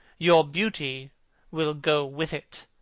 your beauty will go with it,